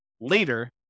later